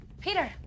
Peter